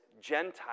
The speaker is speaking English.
Gentiles